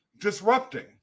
disrupting